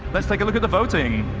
let's like look at the voting.